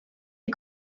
est